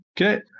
okay